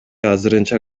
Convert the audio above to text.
азырынча